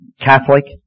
Catholic